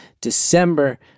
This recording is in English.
December